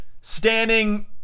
standing